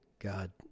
God